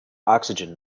oxygen